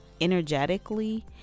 energetically